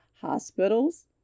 hospitals